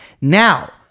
Now